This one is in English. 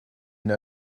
your